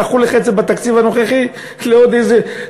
דחו לך את זה בתקציב הנוכחי לעוד איזה,